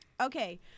Okay